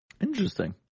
Interesting